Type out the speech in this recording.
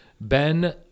Ben